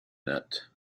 net